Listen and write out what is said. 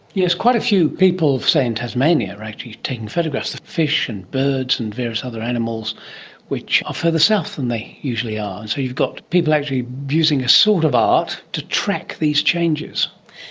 yes, quite a few people, say in tasmania, are actually taking photographs of fish and birds and various other animals which are further south than they usually are. so you've got people actually using a sort of art to track these changes.